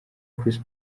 chris